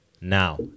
now